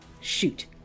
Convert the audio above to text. Shoot